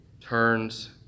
turns